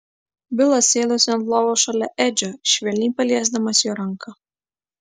bilas sėdosi ant lovos šalia edžio švelniai paliesdamas jo ranką